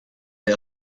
der